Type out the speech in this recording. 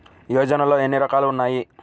యోజనలో ఏన్ని రకాలు ఉన్నాయి?